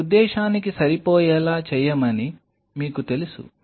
మీ ఉద్దేశ్యానికి సరిపోయేలా చేయమని మీకు తెలుసు